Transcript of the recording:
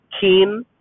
keen